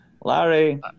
Larry